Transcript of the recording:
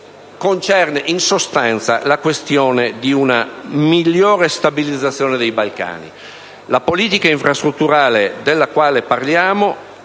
riferisco, in sostanza, alla questione di una migliore stabilizzazione dei Balcani. La politica infrastrutturale di cui parliamo è